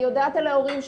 אני יודעת על ההורים שלי,